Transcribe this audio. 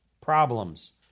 problems